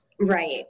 Right